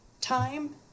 time